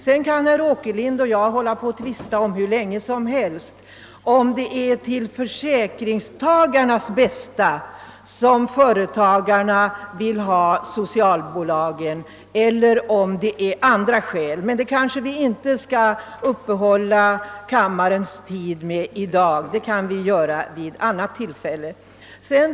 Herr Åkerlind och jag kan tvista hur länge som helst om huruvida det är till försäkringstagarnas bästa som företagarna vill behålla socialförsäkringsbolagen eller om det finns andra skäl härför. Men det kanske vi inte skall ta upp kammarens tid med i dag — det kan vi göra vid något annat tillfälle.